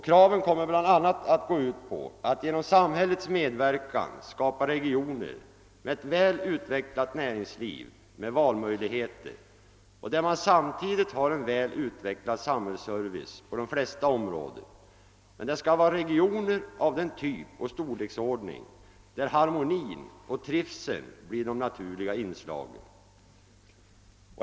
Kraven kommer bl.a. att gå ut på att genom samhällets medverkan skapa regioner med ett väl utvecklat näringsliv som ger valmöjligheter och där man samtidigt har en väl utvecklad samhällsservice på de flesta områden. Men det skall vara regioner av den typ och storleksordning där harmonin och trivseln blir de naturliga inslagen.